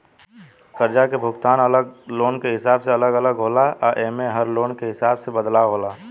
कर्जा के भुगतान अलग लोन के हिसाब से अलग अलग होला आ एमे में हर लोन के हिसाब से बदलाव होला